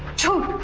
to